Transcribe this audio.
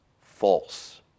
False